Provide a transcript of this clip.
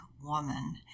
woman